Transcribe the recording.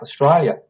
Australia